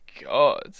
god